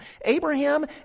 Abraham